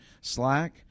Slack